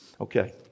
Okay